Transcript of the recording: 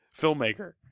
filmmaker